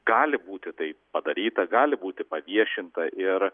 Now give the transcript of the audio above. gali būti tai padaryta gali būti paviešinta ir